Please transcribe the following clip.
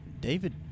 David